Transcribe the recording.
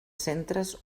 centres